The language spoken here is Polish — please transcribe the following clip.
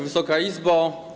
Wysoka Izbo!